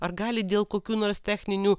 ar gali dėl kokių nors techninių